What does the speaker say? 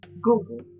Google